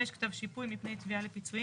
(5) כתב שיפוי מפני תביעה לפיצויים